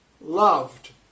loved